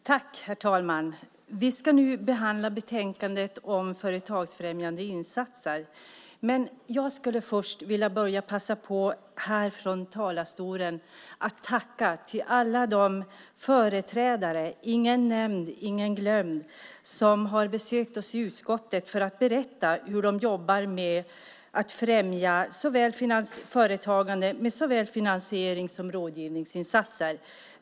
Herr talman! Vi ska nu behandla betänkandet om företagsfrämjande insatser. Men jag skulle först vilja passa på att från talarstolen tacka alla de företrädare, ingen nämnd och ingen glömd, som har besökt oss i utskottet för att berätta hur de jobbar med att främja företagande med såväl finansiering som rådgivningsinsatser.